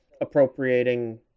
appropriating